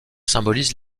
symbolisent